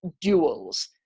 duels